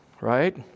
right